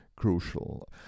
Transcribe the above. Crucial